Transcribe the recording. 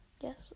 yes